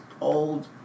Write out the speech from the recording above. old